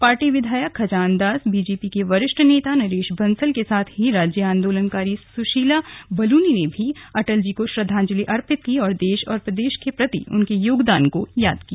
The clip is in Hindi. पार्टी विधायक खजान दास बीजेपी के वरिष्ठ नेता नरेश बंसल के साथ ही राज्य आंदोलकारी सुशीला बलूनी ने भी अटल जी को श्रद्वांजलि अर्पित की और देश और प्रदेश के प्रति उनके योगदान को याद किया